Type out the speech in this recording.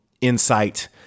insight